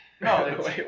No